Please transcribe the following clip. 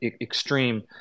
extreme